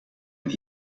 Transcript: een